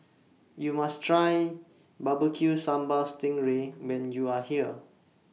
YOU must Try Barbecued Sambal Sting Ray when YOU Are here